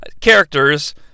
characters